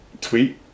tweet